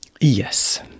yes